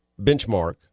benchmark